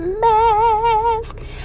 mask